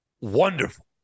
Wonderful